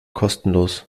kostenlos